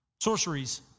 sorceries